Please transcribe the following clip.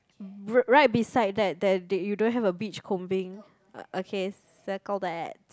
r~ right beside that that you don't have a beach combing uh okay circle that